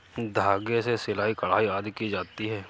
धागे से सिलाई, कढ़ाई आदि की जाती है